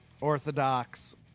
orthodox